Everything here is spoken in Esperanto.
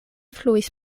fluis